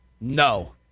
No